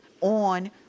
on